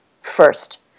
first